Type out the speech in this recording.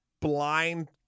blind